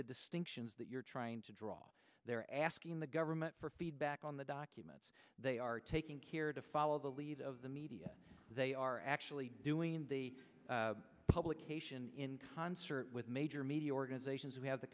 the distinctions that you're trying to draw they're asking the government for feedback on the documents they are taking care to follow the lead of the media they are actually doing the publication in concert with major media organizations we have the